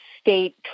state